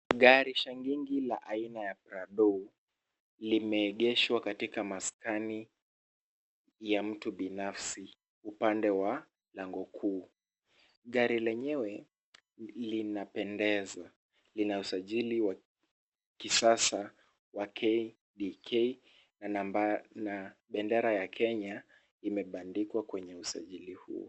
Gari shangingi la aina ya Prado, limeegeshwa katika maskani ya mtu binafsi upande wa lango kuu. Gari lenyewe, linapendeza. Lina usajili wa kisasa wa KDK na bendera ya Kenya imebandikwa kwenye usajili huo.